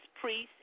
priests